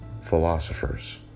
philosophers